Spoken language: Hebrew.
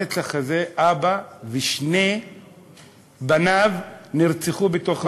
ברצח הזה, אבא ושני בניו נרצחו בתוך הבית.